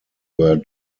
were